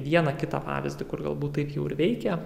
vieną kitą pavyzdį kur galbūt taip jau ir veikia